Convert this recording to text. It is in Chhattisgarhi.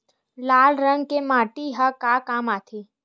लाल रंग के माटी ह का काम आथे?